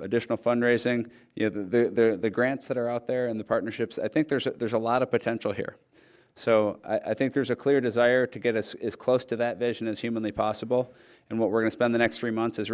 additional fundraising there grants that are out there in the partnerships i think there's a lot of potential here so i think there's a clear desire to get as close to that vision as humanly possible and what we're going to spend the next three months is